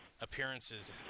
appearances